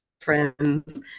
friends